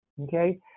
Okay